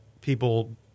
people